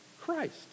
Christ